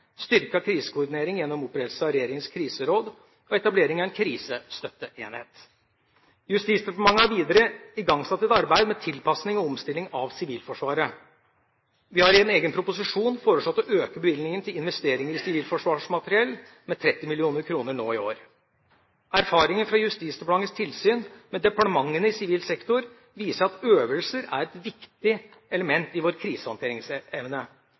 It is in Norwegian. av krisekoordinering gjennom opprettelse av regjeringas kriseråd og etablering av en krisestøtteenhet. Justisdepartementet har videre igangsatt et arbeid med tilpasning og omstilling av Sivilforsvaret. Vi har i en egen proposisjon foreslått å øke bevilgningen til investeringer i sivilforsvarsmateriell med 30 mill. kr nå i år. Erfaringer fra Justisdepartementets tilsyn med departementene i sivil sektor viser at øvelser er et viktig element i vår krisehåndteringsevne.